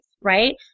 right